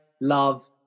love